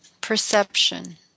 perception